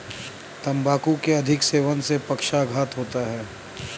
तंबाकू के अधिक सेवन से पक्षाघात होता है